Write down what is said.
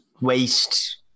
waste